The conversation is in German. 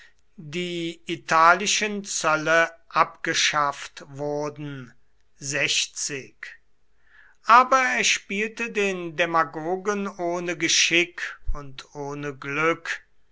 die italischen zölle abgeschafft wurden aber er spielte den demagogen ohne geschick und ohne glück